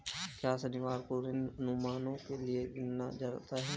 क्या शनिवार को ऋण अनुमानों के लिए गिना जाता है?